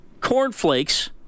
cornflakes